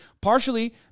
partially